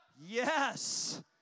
Yes